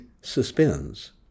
suspends